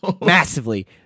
Massively